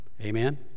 Amen